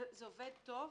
זה עובד טוב?